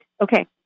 Okay